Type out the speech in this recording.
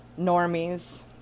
normies